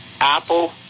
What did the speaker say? Apple